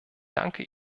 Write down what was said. danke